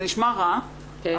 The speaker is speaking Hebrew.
זה נשמע רע --- כן.